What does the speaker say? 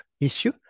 issue